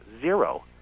Zero